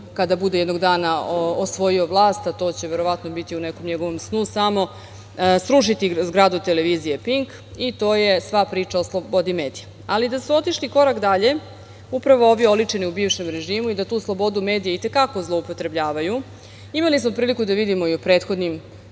kada bude jednog dana osvojio vlast, a to će verovatno biti u nekom njegovom snu samo, srušiti zgradu televizije „Pink“, i to je sva priča o slobodi medija. Ali, da su otišli korak dalje upravo ovi oličeni u bivšem režimu i da tu slobodu medija i te kako zloupotrebljavaju, imali smo prilike da vidimo i u prethodnim